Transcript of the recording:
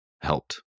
helped